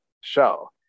show